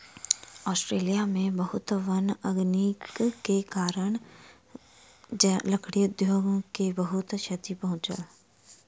Australia में बहुत वन अग्निक कारणेँ, लकड़ी उद्योग के बहुत क्षति पहुँचल